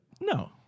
no